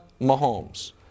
Mahomes